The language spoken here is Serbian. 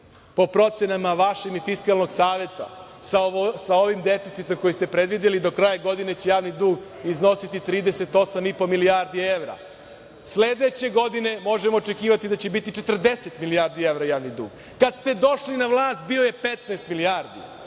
po procenama vašim i Fiskalnog saveta, sa ovim deficitom koji ste predvideli do kraja godine će javni dug iznositi 38,5 milijardi evra. Sledeće godine možemo očekivati da će biti 40 milijardi evra javni dug. Kad ste došli na vlast bio je 15 milijardi. Neko